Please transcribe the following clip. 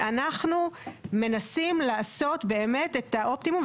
ואנחנו מנסים לעשות באמת את האופטימום,